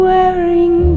Wearing